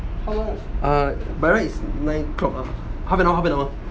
err by right it's nine o'clock lah half an hour half an hour